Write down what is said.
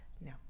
No